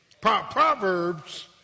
Proverbs